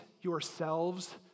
yourselves